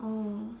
oh